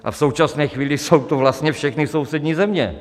V současné chvíli jsou to vlastně všechny sousední země.